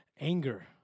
anger